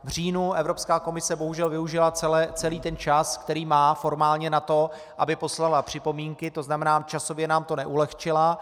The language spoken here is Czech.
V říjnu Evropská komise bohužel využila celý čas, který formálně má na to, aby poslala připomínky, tzn. časově nám to neulehčila.